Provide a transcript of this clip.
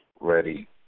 ready